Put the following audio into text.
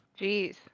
Jeez